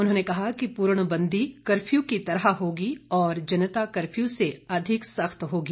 उन्होंने कहा कि पूर्णबंदी कर्फ्यू की तरह होगी और जनता कर्फ्यू से अधिक सख्त होगी